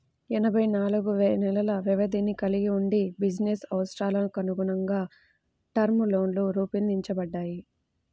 ఎనభై నాలుగు నెలల వ్యవధిని కలిగి వుండి బిజినెస్ అవసరాలకనుగుణంగా టర్మ్ లోన్లు రూపొందించబడ్డాయి